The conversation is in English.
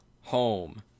home